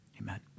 amen